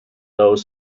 though